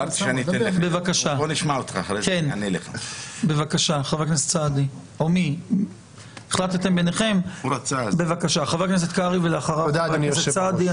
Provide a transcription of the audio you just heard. בבקשה חבר הכנסת קרעי ולאחריו חבר הכנסת סעדי,